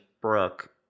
Brooke